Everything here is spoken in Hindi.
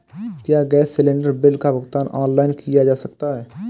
क्या गैस सिलेंडर बिल का भुगतान ऑनलाइन किया जा सकता है?